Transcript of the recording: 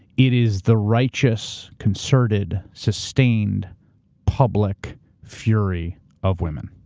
it is the righteous, concerted, sustained public fury of women.